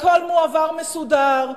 הכול מועבר מסודר,